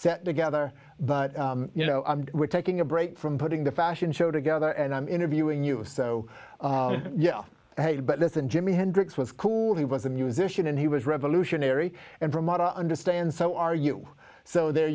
set together but you know we're taking a break from putting the fashion show together and i'm interviewing you so yeah but listen jimi hendrix was cool he was a musician and he was revolutionary and from what i understand so are you so there